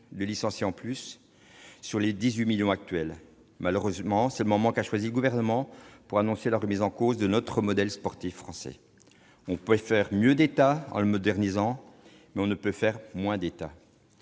de licenciés en plus des 18 millions de licenciés actuels. Malheureusement, c'est le moment qu'a choisi le Gouvernement pour annoncer la remise en cause de notre modèle sportif français. On peut faire mieux d'État, en le modernisant, mais on ne peut pas faire moins d'État.